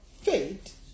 faith